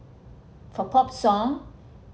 for pop song